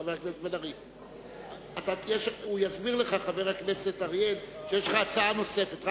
חבר הכנסת אריאל יסביר לך שיש לך הצעה נוספת.